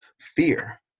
fear